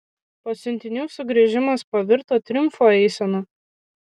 pasiuntinių sugrįžimas pavirto triumfo eisena